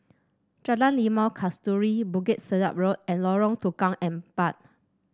Jalan Limau Kasturi Bukit Sedap Road and Lorong Tukang Empat